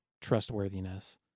trustworthiness